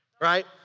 right